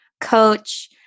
coach